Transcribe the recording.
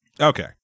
Okay